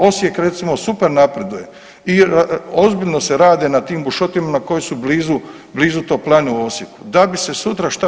Osijek recimo super napreduje, i ozbiljno se rade na tim bušotinama koje su blizu toplane u Osijeku da bi se sutra šta?